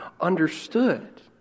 understood